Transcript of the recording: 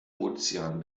ozean